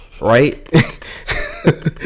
right